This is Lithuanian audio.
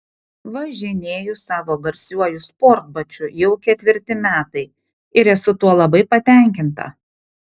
važinėju savo garsiuoju sportbačiu jau ketvirti metai ir esu tuo labai patenkinta